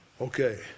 Okay